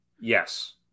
Yes